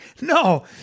No